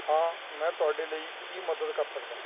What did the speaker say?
ਹਾਂ ਮੈਂ ਤੁਹਾਡੀ ਲਈ ਕੀ ਮਦਦ ਕਰ ਸਕਦਾ ਹਾਂ